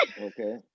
okay